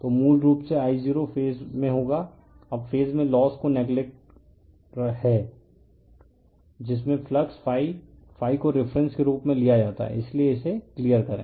तो मूल रूप से I0 फेज में होगा अब फेज में लोस को नेग्लेक्टेड है जिसमें फ्लक्स को रिफ़रेंस के रूप में लिया जाता है इसलिए इसे क्लियर करें